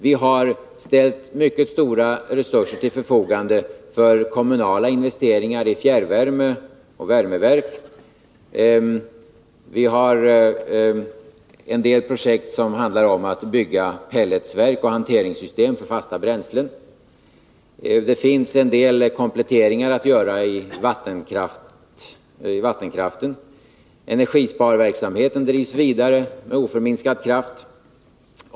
Vi har ställt mycket stora resurser till förfogande för kommunala investeringar för fjärrvärme och värmeverk. Vi har en del projekt som handlar om att bygga pelletsverk och hanteringssystem för fasta bränslen. Det återstår att göra en del kompletteringar när det gäller vattenkraften. Energisparverksamheten drivs vidare med oförminskad kraft.